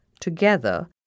together